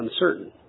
uncertain